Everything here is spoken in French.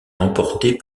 remportée